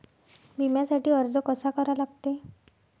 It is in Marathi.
बिम्यासाठी अर्ज कसा करा लागते?